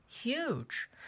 Huge